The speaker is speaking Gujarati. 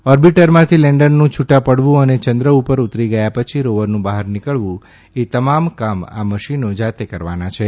ઓર્બિટરમાંથી લેન્ડરનું છૂટા પડવું અને ચંદ્ર ઉપર ઉતરી ગયા પછી રોવરનું બહાર નીકળવું એ તમામ કામ આ મશીનો જાતે કરવાના છે